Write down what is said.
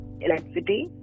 electricity